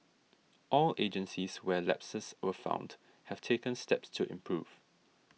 all agencies where lapses were found have taken steps to improve